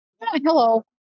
Hello